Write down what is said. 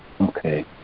Okay